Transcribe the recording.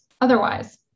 otherwise